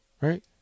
Right